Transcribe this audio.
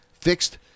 fixed